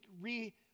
re